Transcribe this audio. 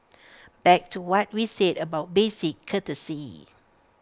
back to what we said about basic courtesy